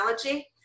technology